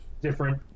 Different